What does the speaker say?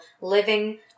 living